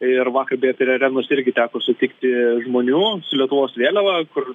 ir vakar beje prie arenos irgi teko sutikti žmonių su lietuvos vėliava kur